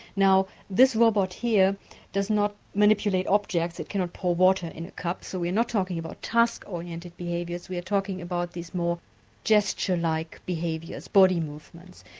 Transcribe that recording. this robot here does not manipulate objects, it cannot pour water in a cup, so we're not talking about task oriented behaviours, we are talking about these more gesture-like behaviours, body movents.